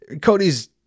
Cody's